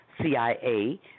CIA